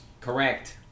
correct